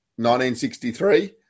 1963